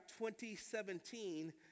2017